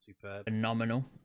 phenomenal